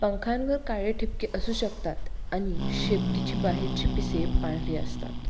पंखांवर काळे ठिपके असू शकतात आणि शेपटीची बाहेरची पिसे पांढरी असतात